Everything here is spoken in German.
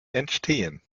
entstehen